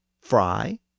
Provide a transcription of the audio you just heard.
fry